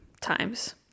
times